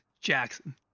Jackson